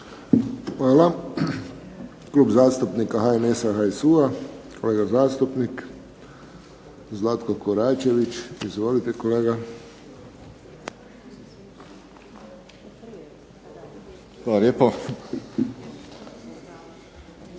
Hvala. Klub zastupnika HNS-HSU-a, kolega zastupnik Zlatko Koračević. Izvolite kolega. **Koračević,